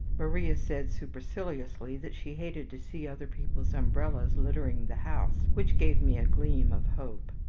maria said superciliously that she hated to see other people's umbrellas littering the house, which gave me a gleam of hope.